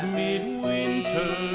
midwinter